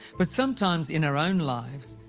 but sometimes in our own lives,